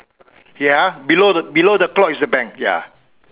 ya below below the clock is the bank ya